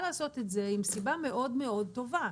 לעשות את זה עם סיבה מאוד מאוד טובה,